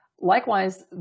Likewise